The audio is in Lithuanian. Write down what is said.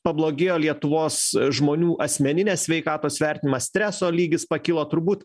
pablogėjo lietuvos žmonių asmeninės sveikatos vertinimas streso lygis pakilo turbūt